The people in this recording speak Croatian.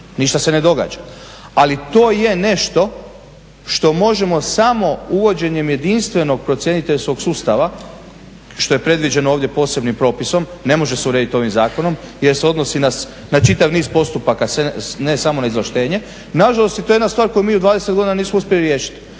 ništa se ne događa. Ali to je nešto što možemo samo uvođenjem jedinstvenog procjeniteljskog sustava što je predviđeno ovdje posebnim propisom, ne može se urediti ovim zakonom, jer se odnosi na čitav niz postupaka ne samo na izvlaštenje. Nažalost, to je jedna stvar koju mi u 20 godina nismo uspjeli riješiti.